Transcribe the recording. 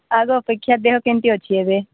ଆଗ ଅପେକ୍ଷା ଦେହ କେମିତି ଅଛି ଏବେ